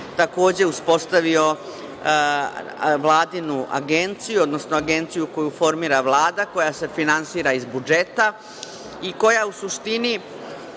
takođe uspostavio Vladinu agenciju, odnosno agenciju koju formira Vlada, koja se finansira iz budžeta i koja u suštini